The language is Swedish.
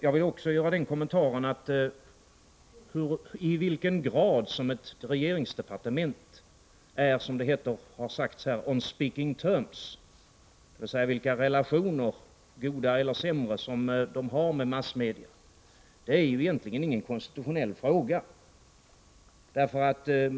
Jag vill också göra den kommentaren att frågan om i vilken grad som ett regeringsdepartement, som har sagts här, är on speaking terms med massmedia —— dvs. vilka relationer, goda eller sämre, som det har med dessa, ju egentligen inte är någon konstitutionell fråga.